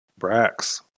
Brax